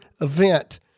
event